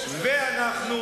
הבאה?